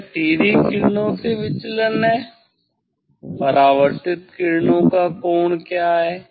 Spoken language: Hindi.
यह सीधी किरणों से विचलन है परावर्तित किरणों का कोण क्या है